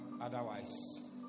Otherwise